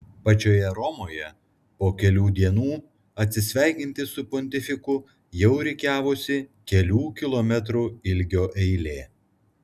pačioje romoje po kelių dienų atsisveikinti su pontifiku jau rikiavosi kelių kilometrų ilgio eilė